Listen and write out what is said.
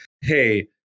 Hey